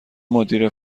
مدیر